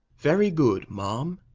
very good, ma'am.